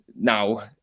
now